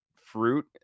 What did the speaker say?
fruit